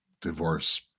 divorce